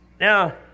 Now